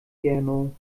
gernot